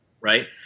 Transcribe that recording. right